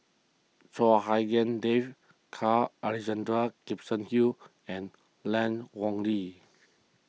Chua Hak Lien Dave Carl Alexander Gibson Hill and Lan Ong Li